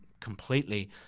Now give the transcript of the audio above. Completely